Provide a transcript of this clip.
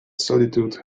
solitude